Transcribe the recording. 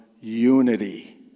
unity